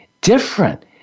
different